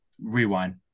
rewind